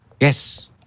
Yes